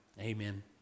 amen